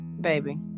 Baby